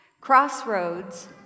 Crossroads